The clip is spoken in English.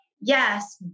yes